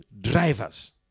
drivers